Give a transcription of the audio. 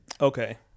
Okay